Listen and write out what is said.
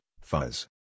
fuzz